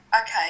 okay